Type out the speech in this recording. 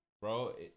bro